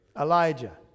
Elijah